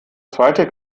zweite